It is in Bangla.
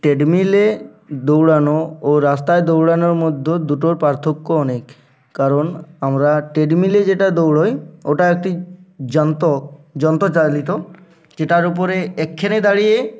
ট্রেডমিলে দৌড়ানো ও রাস্তায় দৌড়ানোর মধ্য দুটোর পার্থক্য অনেক কারণ আমরা ট্রেডমিলে যেটা দৌড়োই ওটা একটি যন্ত্র যন্ত্রচালিত যেটার উপরে এখানে দাঁড়িয়ে